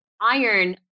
iron